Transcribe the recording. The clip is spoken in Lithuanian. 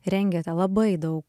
rengiate labai daug